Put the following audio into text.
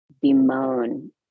bemoan